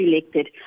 elected